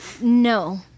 No